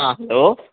ആഹ്ഹ hello